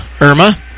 Irma